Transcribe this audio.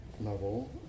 level